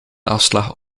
afslag